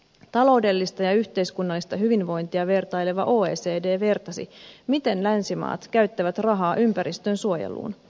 taloudellista ja yhteiskunnallista hyvinvointia vertaileva oecd vertasi miten länsimaat käyttävät rahaa ympäristönsuojeluun